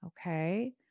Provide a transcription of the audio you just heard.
Okay